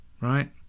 Right